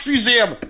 Museum